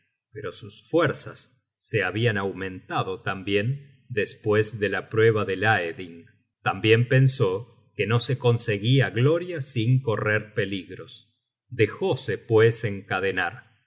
pero sus fuerzas se habian aumentado tambien despues de la prueba de laeding tambien l ensó que no se conseguia gloria sin correr peligros dejose pues encadenar